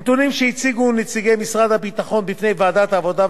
מנתונים שהציגו נציגי משרד הביטחון בפני ועדת העבודה,